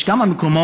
יש כמה מקומות